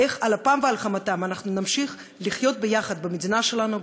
איך על אפם ועל חמתם אנחנו נמשיך לחיות יחד במדינה שלנו,